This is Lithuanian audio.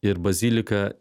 ir bazilika